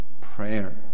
prayer